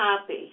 happy